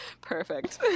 Perfect